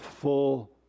full